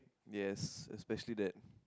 yes especially that